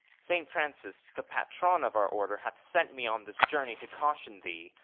st. francis the patron of our order hath sent me on this journey, to caution thee,